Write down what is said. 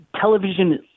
television –